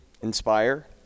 Inspire